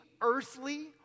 earthly